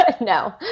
no